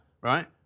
right